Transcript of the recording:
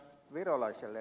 virolaiselle